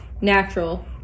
natural